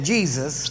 Jesus